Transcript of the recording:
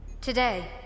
Today